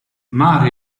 mare